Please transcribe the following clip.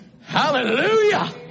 hallelujah